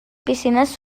piscines